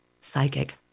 Psychic